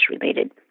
related